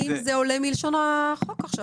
האם זה עולה מלשון החוק עכשיו.